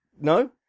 no